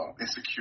insecure